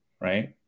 right